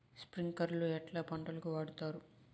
స్ప్రింక్లర్లు ఎట్లా పంటలకు వాడుతారు?